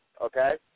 okay